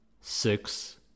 Six